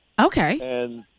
Okay